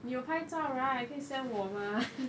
you will 拍照 right 可以 send 我吗